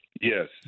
yes